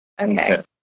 okay